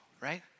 right